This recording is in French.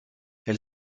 elle